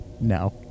No